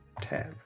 tab